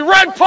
Red